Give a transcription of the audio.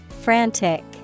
Frantic